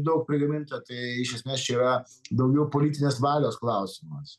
daug prigaminta tai iš esmės čia yra daugiau politinės valios klausimas